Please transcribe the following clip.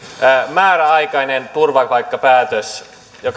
määräaikainen turvapaikkapäätös